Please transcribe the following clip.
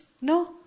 No